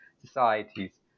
societies